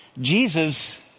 Jesus